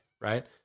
right